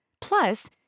plus